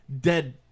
dead